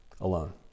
alone